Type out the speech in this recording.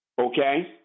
Okay